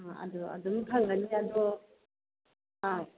ꯑꯥ ꯑꯗꯣ ꯑꯗꯨꯝ ꯐꯪꯒꯅꯤ ꯑꯗꯣ ꯑꯥ